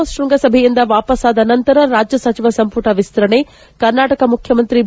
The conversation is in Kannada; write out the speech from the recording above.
ದಾವೋಸ್ ಶ್ವಂಗಸಭೆಯಿಂದ ವಾಪಸ್ನಾದ ನಂತರ ರಾಜ್ಯ ಸಚಿವ ಸಂಪುಟ ವಿಸ್ತರಣೆ ಕರ್ನಾಟಕ ಮುಖ್ಯಮಂತ್ರಿ ಬಿ